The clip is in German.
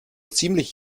ziemlich